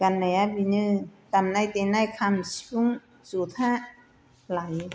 गान्नाया बेनो दामनाय देनाय खाम सिफुं जथा लायो